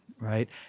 right